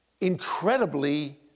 incredibly